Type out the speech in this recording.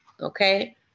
okay